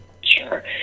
Sure